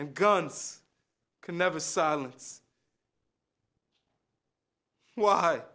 and guns can never silence